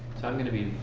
i'm going to be